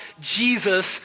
Jesus